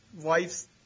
wife's –